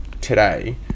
today